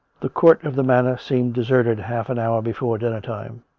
the court of the manor seemed deserted half an hour before dinner-time.